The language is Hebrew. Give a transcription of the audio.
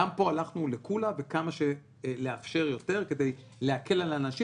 גם פה הלכנו לקולא וכמה שלאפשר יותר כדי להקל על אנשים